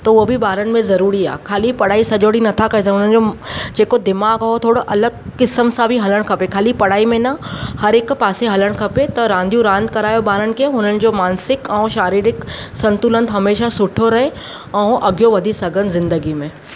थो उहो बि ॿारनि में ज़रूरी आहे खाली पढ़ाई सॼो ॾींहुं नथा करे सघनि हुननि जो जेको दिमाग़ आहे उहो थोरो अलॻि किस्म सां बि हलणु खपे खाली पढ़ाई में न हर हिकु पासे हलणु खपे त रांदियूं रांदि करायो ॿारनि खे हुननि जो मांसिक ऐं शारीरिक संतुलन हमेशह सुठो रहे ऐं अॻियों वधी सघनि ज़िंदगी में